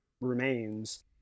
remains